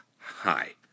hi